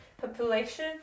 population